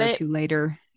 later